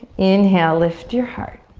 inhale. lift your heart.